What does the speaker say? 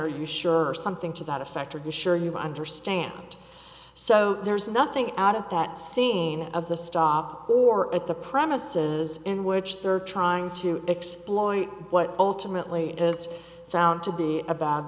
are you sure something to that effect are you sure you understand so there's nothing out of that scene of the stop or at the premises in which they're trying to exploit what ultimately is found to be a